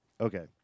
Okay